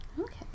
Okay